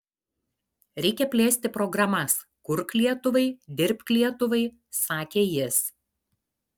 reikia plėsti programas kurk lietuvai dirbk lietuvai sakė jis